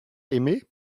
aimé